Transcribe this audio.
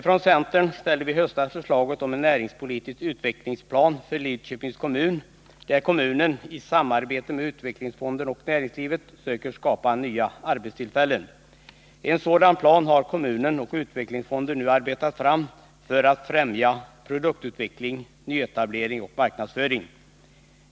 Från centern ställde vi i höstas förslaget om en näringspolitisk utvecklingsplan för Lidköpings kommun, där kommunen i samarbete med utvecklingsfonden och näringslivet skulle söka skapa nya arbetstillfällen. En sådan plan har kommunen och utvecklingsfonden nu arbetat fram för att främja produktutveckling, nyetablering och marknadsföring.